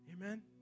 Amen